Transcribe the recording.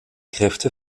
kräfte